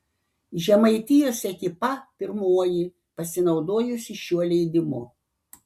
žemaitijos ekipa pirmoji pasinaudojusi šiuo leidimu